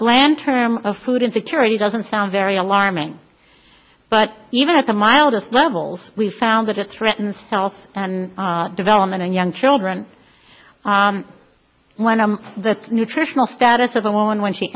bland term of food insecurity doesn't sound very alarming but even at the mildest levels we found that it threatens health and development in young children one of the nutritional status of a woman when she